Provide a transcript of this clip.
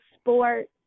sport